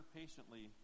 patiently